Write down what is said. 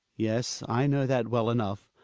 yes, i know that well enough,